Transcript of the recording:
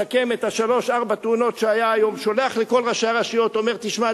מסכם שלוש-ארבע תאונות שהיו היום ושולח לכל ראשי הרשויות ואומר: תשמע,